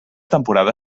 temporada